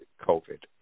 COVID